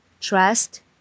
trust